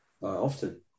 Often